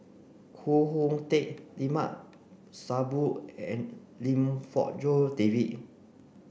Koh Hoon Teck Limat Sabtu and Lim Fong Jock David